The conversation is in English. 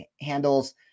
handles